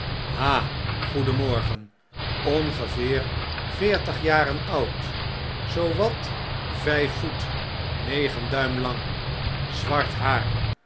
goedenmorgen ongeveer veertig jaren oud zoo wat vjjf voet negen duim lang zwart haar